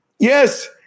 Yes